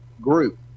group